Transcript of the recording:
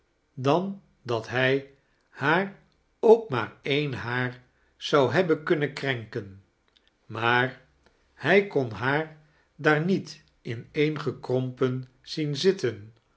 dan dat hij haar ook maar een haar z on hebben kunnen krenken maar hij kon haar daar niet ine'engeknompea zien zitben